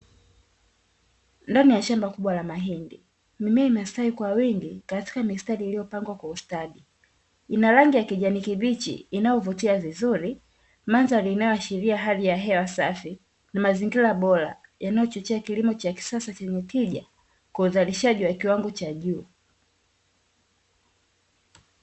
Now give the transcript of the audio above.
Ndani ya shamba kubwa la mahindi, mimea imestawi kwa wingi katika mistari iliyopangwa kwa ustadi, inarangi ya kijani kibichi inayovutia vizuri. Mandhari inayoashiria hali ya hewa safi na mazingira bora yanayochochea kilimo cha kisasa chenye tija kwa uzalishaji wa kiwango cha juu.